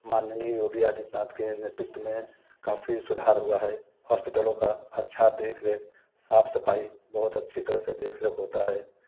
माननीय योगी आदित्यनाथ के नेतृत्व में काफ़ी सुधार हुआ है हॉस्पिटलों का अच्छा देख रेख साफ सफाई बहुत अच्छी तरह से देख रेख होता है